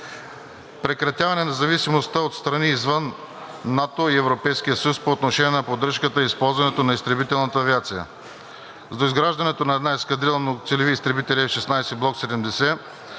прекратяване на зависимостта от страни извън НАТО и Европейския съюз по отношение на поддръжката и използването на изтребителната авиация. С доизграждането на една ескадрила многоцелеви изтребители F-16 Block 70